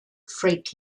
freight